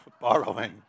borrowing